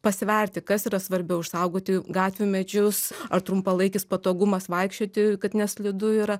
pasverti kas yra svarbiau išsaugoti gatvių medžius ar trumpalaikis patogumas vaikščioti kad neslidu yra